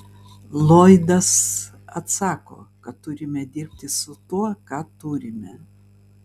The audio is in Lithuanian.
lloydas atsako kad turime dirbti su tuo ką turime